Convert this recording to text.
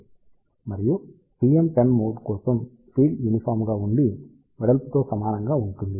మరియు TM10 mode కోసం field uniform గా ఉండి వెడల్పుతో సమానంగా ఉంటుంది